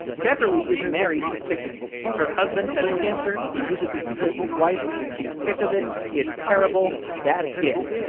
beverly is married to sickness her husband has cancer, he uses it to guilt his wife, she's sick of it, it's terrible, that's it.